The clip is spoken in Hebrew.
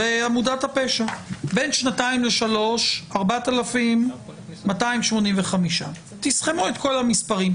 בין שנתיים לשלוש 4,285. תסכמו את כל המספרים,